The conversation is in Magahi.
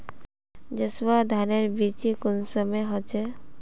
जसवा धानेर बिच्ची कुंसम होचए?